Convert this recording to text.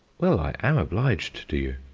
well, i am obliged to you,